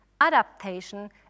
adaptation